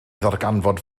ddarganfod